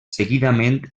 seguidament